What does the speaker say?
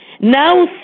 Now